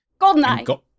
GoldenEye